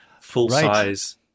full-size